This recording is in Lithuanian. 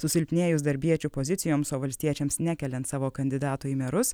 susilpnėjus darbiečių pozicijoms o valstiečiams nekeliant savo kandidato į merus